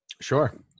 Sure